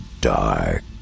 dark